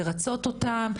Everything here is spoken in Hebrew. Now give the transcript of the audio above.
לרצות אותם,